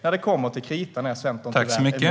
När det kommer till kritan är Centern dessvärre emot.